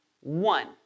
one